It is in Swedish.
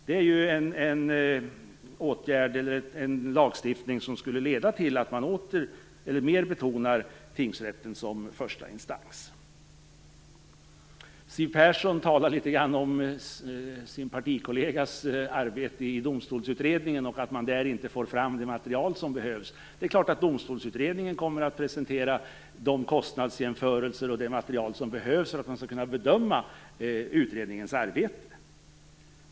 Det är en lagstiftning som skulle leda till att man mer betonar tingsrätten som första instans. Siw Persson talade litet om sin partikollegas arbete i Domstolsutredningen och att man där inte får fram det material som behövs. Självfallet kommer Domstolsutredningen att presentera de kostnadsjämförelser och det material som behövs för att man skall kunna bedöm utredningens arbete.